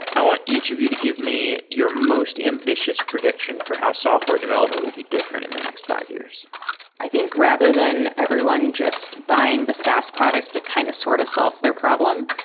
i want each of you to give me your most ambitious prediction for how software development will be different in the next five years i think rather than everyone just buying the saas product that kind of sort of solves their problem,